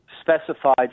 specified